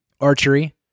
Archery